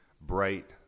bright